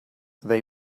they